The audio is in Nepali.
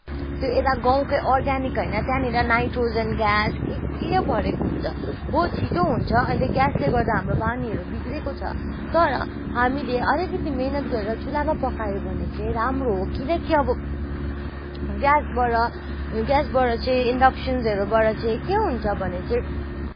त्यो यता गाउँकै अर्ग्यानिक होइन त्यहाँनिर नाइट्रोजेन ग्यास के के भरेको हुन्छ हो छिटो हुन्छ अहिले ग्यासले गर्दा हाम्रो बानीहरू बिग्रेको छ तर हामीले अलिकति मेहिनेत गरेर चुल्हामा पकायो भने चाहिँ राम्रो हो किनकि अब ग्यासबाट ग्यासबाट चाहिँ इनडक्सनहरूबाट चाहिँ